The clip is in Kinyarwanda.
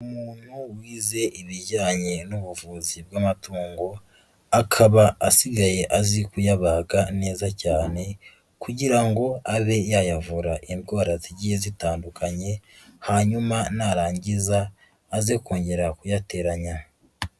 Umuntu wize ibijyanye n'ubuvuzi bw'amatungo, akaba asigaye azi kuyabaga neza cyane kugira ngo abe yayavura indwara zigiye zitandukanye hanyuma narangiza aze kongera kuyateranya.